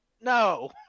No